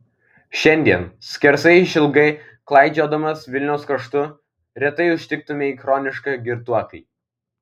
šiandien skersai išilgai klaidžiodamas vilniaus kraštu retai užtiktumei chronišką girtuoklį